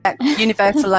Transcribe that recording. Universal